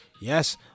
Yes